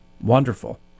Wonderful